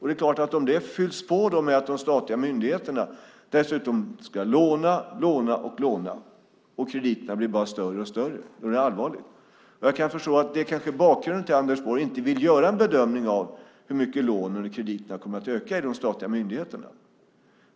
Det är klart att om det fylls på genom att de statliga myndigheterna ska låna, låna och låna och krediterna bara blir större och större är det allvarligt. Jag kan förstå att det kanske är bakgrunden till att Anders Borg inte vill göra en bedömning av hur mycket lånen eller krediterna kommer att öka i de statliga myndigheterna.